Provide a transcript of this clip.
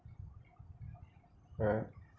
alright